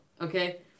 okay